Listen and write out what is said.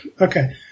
Okay